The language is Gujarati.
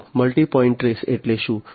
તો મલ્ટિ પોઇન્ટ ટ્રેસ એટલે શું